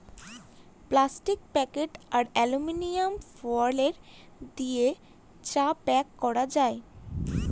plastic packet আর aluminium foil দিয়ে চা প্যাক করা যায়